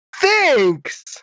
Thanks